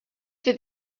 for